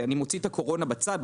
אני מוציא את הקורונה בצד.